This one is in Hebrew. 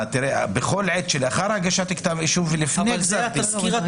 בכל עת שלאחר הגשת כתב אישום ולפני גזר דין.